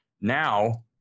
Now